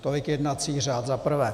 Tolik jednací řád za prvé.